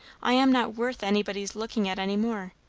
i am not worth anybody's looking at any more.